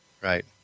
Right